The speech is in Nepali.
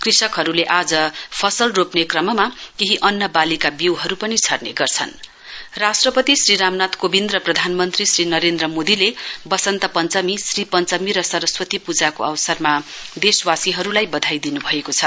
कृषकहरूले आज फसल रोप्ने क्रममा केही अन्न वालीका बिऊहरू पनि छर्ने गर्छन राष्ट्रपति श्री रामनाथ कोविन्द र प्रधानमन्त्री श्री नरेन्द्र मोदीले वसन्त पञ्चमी श्री पञ्चमी र सरस्वती पूजाको अवसरमा देशवासीहरूलाई बधाई दिन्भएको छ